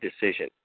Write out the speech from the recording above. decision